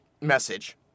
message